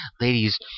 Ladies